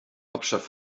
hauptstadt